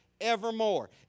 evermore